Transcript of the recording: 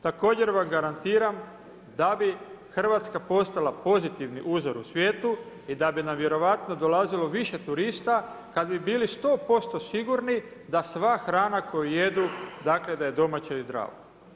Također vam garantiram da bi Hrvatska postala pozitivni uzor u svijetu i da bi nam vjerojatno dolazilo više turista kad bi bili sto posto sigurni da sva hrana koju jedu, dakle da je domaće i zdravo.